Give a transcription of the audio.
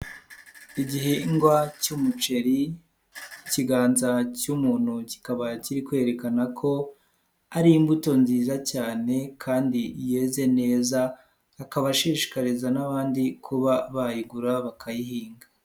Igihingwa cy'umuceri, ikiganza cy'umuntu kikaba kiri kwerekana ko ari imbuto nziza cyane kandi yeze neza akaba ashishikariza n'abandi kuba bayigura bakayihinga.